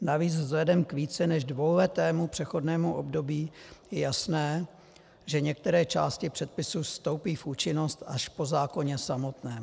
Navíc vzhledem k více než dvouletému přechodnému období je jasné, že některé části předpisů vstoupí v účinnost až po zákoně samotném.